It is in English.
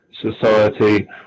society